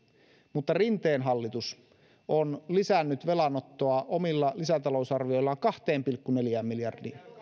mutta rinteen hallitus on lisännyt velanottoa omilla lisätalousarvioillaan kahteen pilkku neljään miljardiin